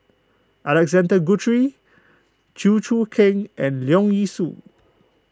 Alexander Guthrie Chew Choo Keng and Leong Yee Soo